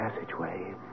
passageway